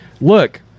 Look